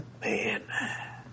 man